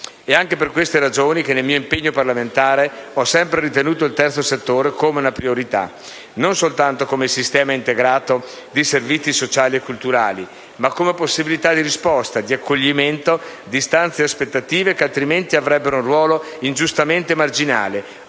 È anche per queste ragioni che, nel mio impegno parlamentare, ho sempre ritenuto il terzo settore come una priorità: non soltanto come sistema integrato di servizi sociali e culturali, ma come possibilità di risposta, di accoglimento di istanze e aspettative che, altrimenti, avrebbero un ruolo ingiustamente marginale